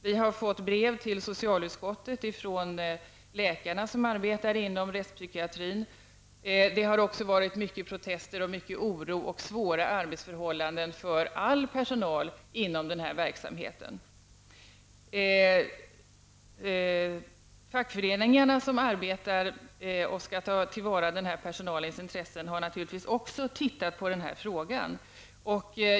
Vi har fått brev till socialutskottet ifrån läkare som arbetar inom rättspsykiatrin. Det har också varit många protester, mycket oro och svåra arbetsförhållanden för all personal inom den här verksamheten. Fackföreningarna som arbetar med att ta till vara den här personalens intressen har naturligtvis också studerat den här frågan.